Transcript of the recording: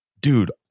Dude